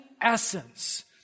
essence